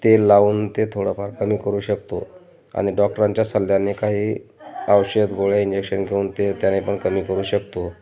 तेल लावून ते थोडंफार कमी करू शकतो आणि डॉक्टरांच्या सल्ल्याने काही औषध गोळे इंजेक्शन घेऊन ते त्याने पण कमी करू शकतो